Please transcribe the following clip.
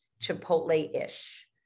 Chipotle-ish